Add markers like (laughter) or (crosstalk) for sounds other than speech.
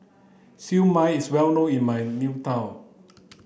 Siew Mai is well known in my (unintelligible)